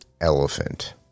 elephant